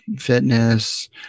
fitness